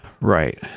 Right